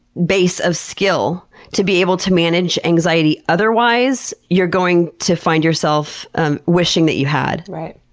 base of skill to be able to manage anxiety otherwise, you're going to find yourself ah wishing that you had. right.